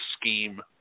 scheme